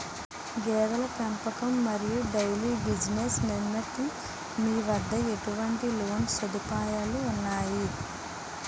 గేదెల పెంపకం మరియు డైరీ బిజినెస్ నిమిత్తం మీ వద్ద ఎటువంటి లోన్ సదుపాయాలు ఉన్నాయి?